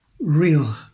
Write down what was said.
real